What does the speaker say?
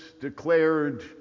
declared